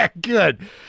good